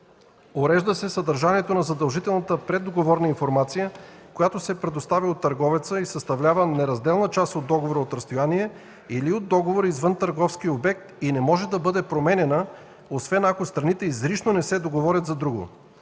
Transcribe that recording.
Урежда се съдържанието на задължителната преддоговорна информация, която се предоставя от търговеца и съставлява неразделна част от договора от разстояние или от договора извън търговския обект и не може да бъде променяна, освен ако страните изрично не се договорят за друго.